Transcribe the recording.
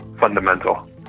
fundamental